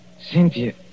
Cynthia